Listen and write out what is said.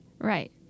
Right